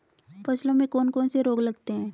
फसलों में कौन कौन से रोग लगते हैं?